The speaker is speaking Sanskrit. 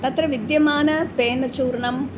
तत्र विद्यमानं फेनकचूर्णम्